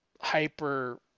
hyper